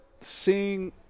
seeing –